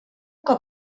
cop